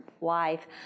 life